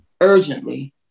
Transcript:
urgently